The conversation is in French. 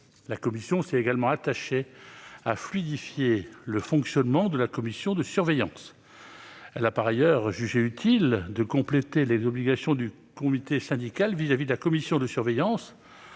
membres. Elle s'est également attachée à fluidifier le fonctionnement de la commission de surveillance. Elle a par ailleurs jugé utile de compléter les obligations du comité syndical à l'égard de la commission de surveillance,